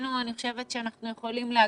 מבחינתנו אני חושבת שאנחנו יכולים להגדיר,